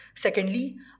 Secondly